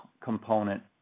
component